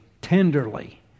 tenderly